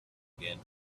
again